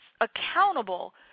Accountable